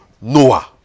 Noah